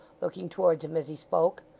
looking towards him as he spoke.